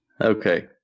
Okay